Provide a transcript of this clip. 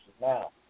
Now